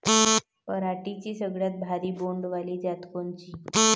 पराटीची सगळ्यात भारी बोंड वाली जात कोनची?